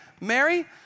Mary